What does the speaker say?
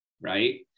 Right